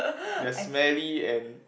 they're smelly and